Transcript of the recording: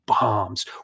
bombs